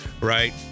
right